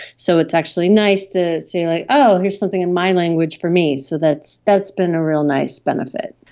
so it's actually nice to see, like oh, here's something in my language for me, so that's that's been a real nice benefit.